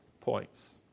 points